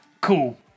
Cool